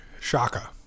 Shaka